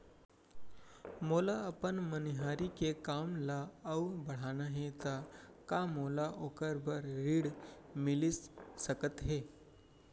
मोला अपन मनिहारी के काम ला अऊ बढ़ाना हे त का मोला ओखर बर ऋण मिलिस सकत हे?